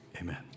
amen